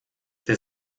der